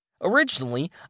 Originally